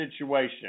situation